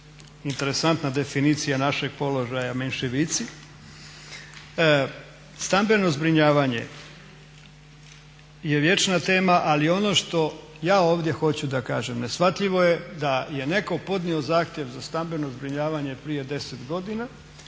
interesantna definicija našeg položaja menševici. Stambeno zbrinjavanje je vječna tema, ali ono što ja ovdje hoću da kažem, neshvatljivo je da je netko podnio zahtjev za stambeno zbrinjavanje prije 10 godina